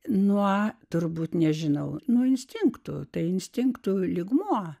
nuo turbūt nežinau nuo instinktų tai instinktų lygmuo